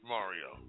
Mario